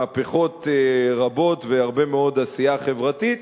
מהפכות רבות והרבה מאוד עשייה חברתית,